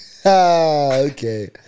Okay